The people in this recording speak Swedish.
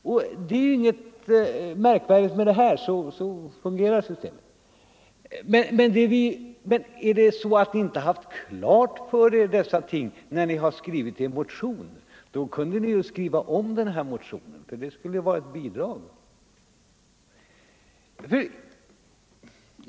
Och det är ingenting märkvärdigt med det här — så fungerar systemet. Men har ni inte haft detta klart för er när ni skrev er motion kunde ni väl skriva om motionen, för det skulle ju vara ett bidrag till debatten.